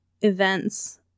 events